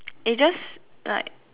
it's just like